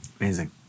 Amazing